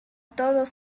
todos